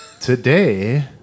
Today